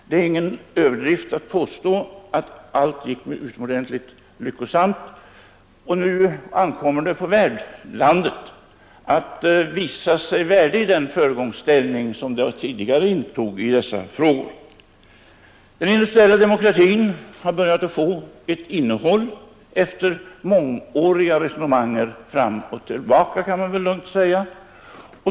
Det är ingen överdrift att påstå att allt gick utomordentligt lyckosamt, och nu ankommer det på värdlandet att visa sig värdigt den föregångsställning som det tidigare intog i dessa frågor Den industriella demokratin har börjat få ett innehåll efter mångåriga resonemang fram och tillbaka, kan man väl säga.